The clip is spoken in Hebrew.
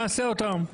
נעשה אותם.